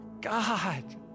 God